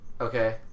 Okay